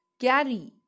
Carry